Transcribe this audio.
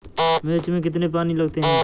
मिर्च में कितने पानी लगते हैं?